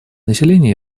население